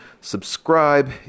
subscribe